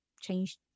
change